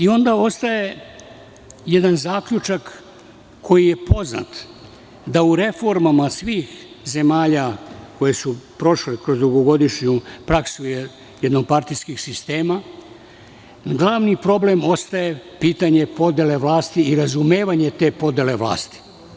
Onda ostaje jedan zaključak koji je poznat, da u reformama svih zemalja koje su prošle kroz dugogodišnju praksu jednopartijskog sistema, glavni problem ostaje pitanje podele vlasti i razumevanja te podele vlasti.